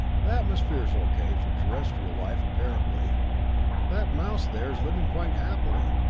the atmosphere is o k. for terrestrial life apparently that mouse there is living quite happily.